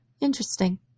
Interesting